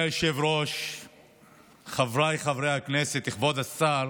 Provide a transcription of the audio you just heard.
אדוני היושב-ראש חבריי חברי הכנסת, כבוד השר,